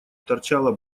торчало